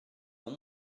dans